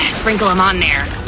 sprinkle em on in there,